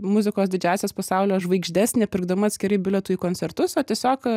muzikos didžiąsias pasaulio žvaigždes nepirkdama atskirai bilietų į koncertus o tiesiog